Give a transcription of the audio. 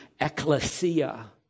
ecclesia